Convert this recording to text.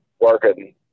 working